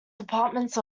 departments